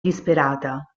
disperata